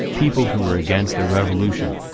people who were against the revolution.